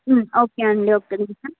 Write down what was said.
okay అండి ఒక్క నిమిషం